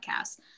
podcasts